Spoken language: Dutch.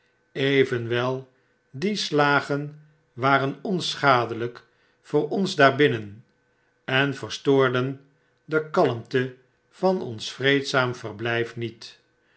evenwel die slagen waren onschadelyk voor ons daarbinnen en verstoorden de kalmte van ons vreedzaam verblyf niet